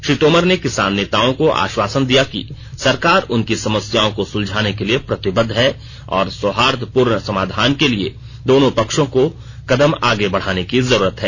श्री तोमर ने किसान नेताओं को आश्वासन दिया कि सरकार उनकी समस्याओं को सुलझाने के लिए प्रतिबद्ध है और सौहार्दपूर्ण समाधान के लिए दोनों पक्षों को कदम आगे बढाने की जरूरत है